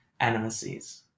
animacies